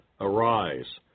Arise